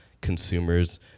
consumers